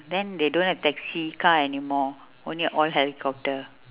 then they don't have taxi car anymore only all helicopter